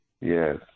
yes